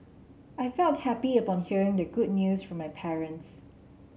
I felt happy upon hearing the good news from my parents